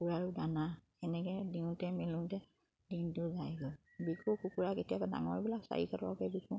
কুকুৰাকো দানা সেনেকে দিওঁতে মেলোঁতে দিনটো যায়গৈ বিকোঁ কুকুৰা কেতিয়াবা ডাঙৰবিলাক চাৰিশ টকাকে বিকোঁ